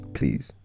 Please